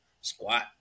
squat